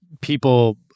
people